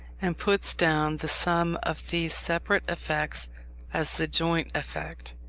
and puts down the sum of these separate effects as the joint effect.